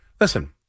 listen